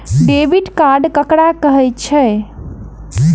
Debit card ककरा कहै छै?